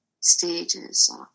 stages